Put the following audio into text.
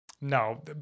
No